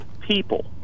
people